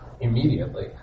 immediately